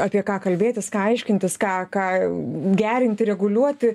apie ką kalbėtis ką aiškintis ką ką gerinti reguliuoti